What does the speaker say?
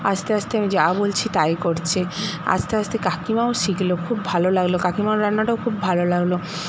আস্তে আস্তে আমি যাই বলছি তাই করছে আস্তে আস্তে কাকিমাও শিখল খুব ভালো লাগলো কাকিমার রান্নাটাও খুব ভালো লাগলো